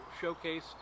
showcase